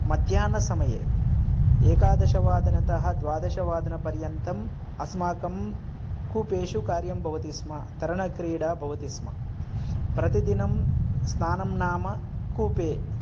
मध्याह्नसमये एकादशवादनतः द्वादशवादनपर्यन्तम् अस्माकं कूपेषु कार्यं भवति स्म तरणक्रीडा भवति स्म प्रतिदिनं स्नानं नाम कूपे